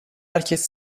herkes